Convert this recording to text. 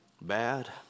bad